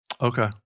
Okay